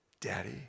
daddy